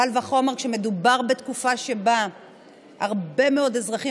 קל וחומר כשמדובר בתקופה שבה הרבה מאוד אזרחים